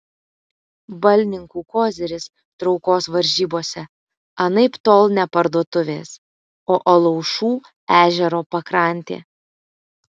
balninkų koziris traukos varžybose anaiptol ne parduotuvės o alaušų ežero pakrantė